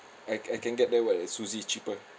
I I can get the [one] at suzy cheaper